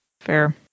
Fair